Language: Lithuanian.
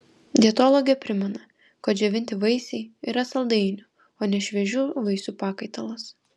dietologė primena kad džiovinti vaisiai yra saldainių o ne šviežių vaisių pakaitalas